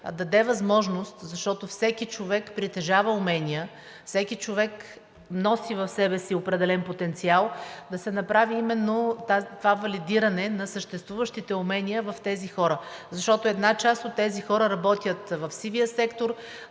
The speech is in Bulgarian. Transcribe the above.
даде възможност, защото всеки човек притежава умения, всеки човек носи в себе си определен потенциал, да се направи именно това валидиране на съществуващите умения в тези хора, защото една част от тези хора работят в сивия сектор,